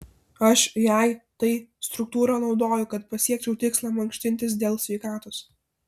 aš jei tai struktūrą naudoju kad pasiekčiau tikslą mankštintis dėl sveikatos